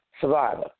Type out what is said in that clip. survivor